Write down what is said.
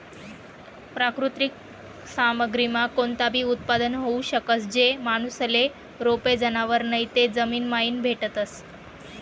प्राकृतिक सामग्रीमा कोणताबी उत्पादन होऊ शकस, जे माणूसले रोपे, जनावरं नैते जमीनमाईन भेटतस